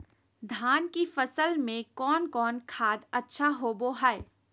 धान की फ़सल में कौन कौन खाद अच्छा होबो हाय?